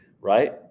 right